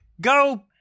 go